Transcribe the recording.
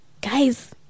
guys